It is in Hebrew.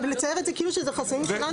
ולצייר את זה כאילו שזה חסמים שלנו.